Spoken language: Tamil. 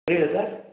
புரியலை சார்